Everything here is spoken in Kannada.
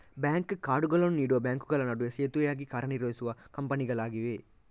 ಬ್ಯಾಂಕ್ ಕಾರ್ಡುಗಳನ್ನು ನೀಡುವ ಬ್ಯಾಂಕುಗಳ ನಡುವೆ ಸೇತುವೆಯಾಗಿ ಕಾರ್ಯ ನಿರ್ವಹಿಸುವ ಕಂಪನಿಗಳಾಗಿವೆ